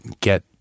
get